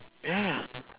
ya